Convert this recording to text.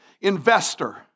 investor